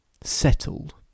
settled